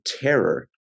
terror